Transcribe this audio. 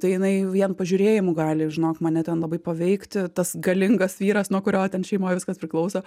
tai jinai vien pažiūrėjimu gali žinok mane ten labai paveikti tas galingas vyras nuo kurio ten šeimoj viskas priklauso